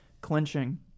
clinching